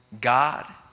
God